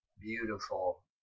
beautiful